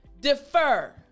defer